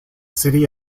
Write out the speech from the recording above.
city